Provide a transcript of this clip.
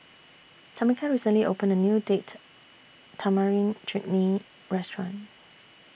Tamika recently opened A New Date Tamarind Chutney Restaurant